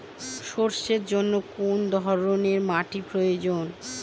সরষের জন্য কোন ধরনের মাটির প্রয়োজন?